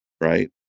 right